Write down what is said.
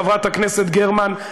חברת הכנסת גרמן,